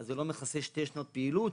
אז זה לא מכסה שתי שנות פעילות.